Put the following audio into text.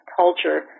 culture